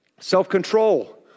Self-control